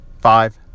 Five